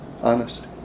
honest